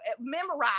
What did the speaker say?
memorize